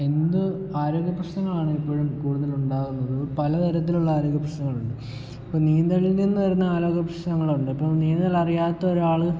എന്ത് ആരോഗ്യപ്രശ്നങ്ങളാണ് എപ്പോഴും കൂടുതൽ ഉണ്ടാകുന്നത് പല തരത്തിലുള്ള ആരോഗ്യപ്രശ്നങ്ങളുണ്ട് അപ്പോൾ നീന്തലിൽ നിന്ന് വരുന്ന ആരോഗ്യപ്രശ്നങ്ങളുണ്ട് ഇപ്പോൾ നീന്തൽ അറിയാത്ത ഒരാൾ